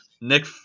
Nick